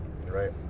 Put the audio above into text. Right